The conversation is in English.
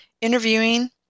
interviewing